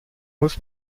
muss